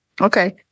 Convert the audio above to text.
Okay